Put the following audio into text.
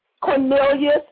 Cornelius